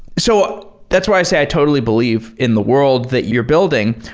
so that's why say i totally believe in the world that you're building.